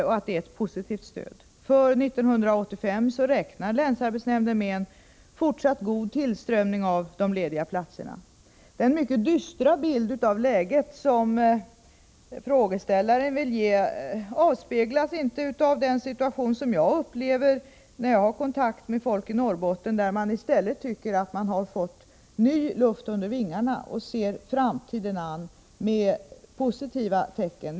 För 1985 räknar länsarbetsnämnden med en fortsatt god tillströmning av lediga platser. Den mycket dystra bild av läget som frågeställaren vill ge stämmer inte med den situation som jag upplever när jag har kontakt med folk i Norrbotten, nämligen att man tycker att man har fått ny luft under vingarna och ser positivt på framtiden.